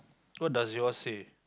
what does yours say